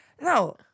No